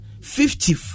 fifty